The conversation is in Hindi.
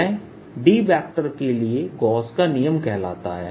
यह D के लिए गॉस का नियमGauss's Law कहलाता है